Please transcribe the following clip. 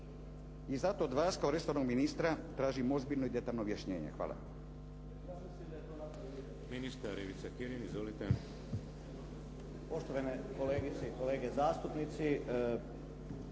I zato od vas kao resornog ministra tražim ozbiljno i detaljno objašnjenje. Hvala.